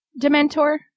Dementor